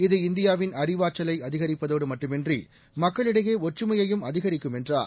இது இந்தியாவின் அறிவாற்றலைஅதிகரிப்பதோடுமட்டுமின்றி மக்களிடையே ஒற்றுமையையும்அதிகரிக்கும்என்றார்